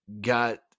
got